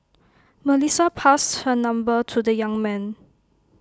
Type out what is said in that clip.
Melissa passed her number to the young man